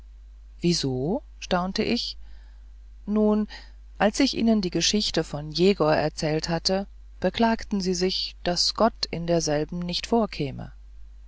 wieso staunte ich nun als ich ihnen die geschichte von jegor erzählt hatte beklagten sie sich daß gott in derselben nicht vorkäme